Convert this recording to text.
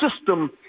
system